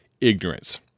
ignorance